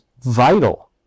vital